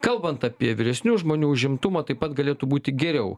kalbant apie vyresnių žmonių užimtumą taip pat galėtų būti geriau